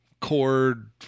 cord